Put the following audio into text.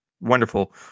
wonderful